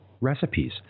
recipes